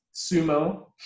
Sumo